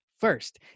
First